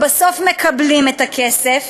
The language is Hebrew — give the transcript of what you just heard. ובסוף מקבלים את הכסף,